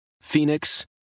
Phoenix